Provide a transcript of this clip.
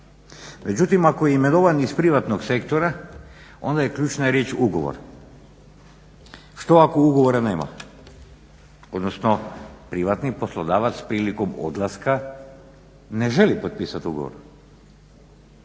Međutim, ako je imenovan iz privatnog sektora onda je ključna riječ ugovor. Što ako ugovora nema? Odnosno privatni poslodavac prilikom odlaska ne želi potpisat ugovor